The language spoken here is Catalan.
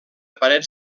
parets